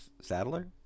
Sadler